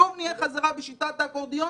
שוב נהיה חזרה בשיטת האקורדיון?